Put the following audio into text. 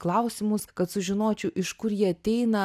klausimus kad sužinočiau iš kur jie ateina